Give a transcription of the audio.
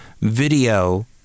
Video